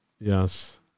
Yes